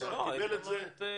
השר קיבל את זה.